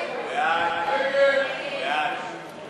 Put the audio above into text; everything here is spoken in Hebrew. קבוצת סיעת המחנה הציוני,